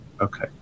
Okay